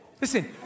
Listen